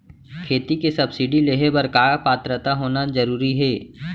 खेती के सब्सिडी लेहे बर का पात्रता होना जरूरी हे?